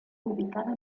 ubicado